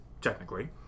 technically